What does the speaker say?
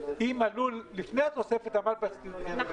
אם הלול לפני התוספת עמד בקריטריונים בסדר גמור,